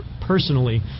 personally